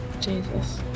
Jesus